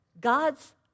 God's